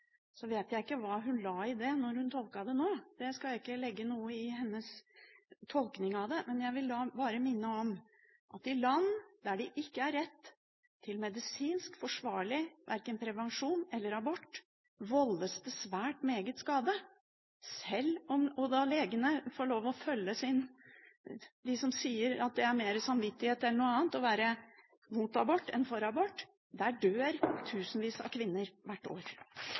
vet jeg ikke hva hun la i det når hun tolket det nå. Jeg skal ikke legge noe i hennes tolkning. Jeg vil bare minne om at i land der man ikke har rett til verken medisinsk forsvarlig prevensjon eller abort, voldes det svært meget skade. Og der legene får lov til å si at de har mer samvittighet enn andre når de er imot abort enn for abort – der dør tusenvis av kvinner hvert år.